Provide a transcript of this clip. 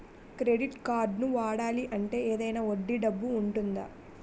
Credit కార్డ్ని వాడాలి అంటే ఏదైనా వడ్డీ డబ్బు ఉంటుందా?